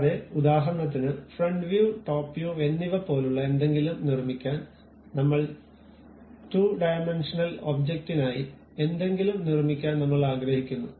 കൂടാതെ ഉദാഹരണത്തിന് front view top view എന്നിവ പോലുള്ള എന്തെങ്കിലും നിർമ്മിക്കാൻ നമ്മൾ 2 ഡൈമൻഷണൽ ഒബ്ജക്റ്റിനായി എന്തെങ്കിലും നിർമ്മിക്കാൻ നമ്മൾ ആഗ്രഹിക്കുന്നു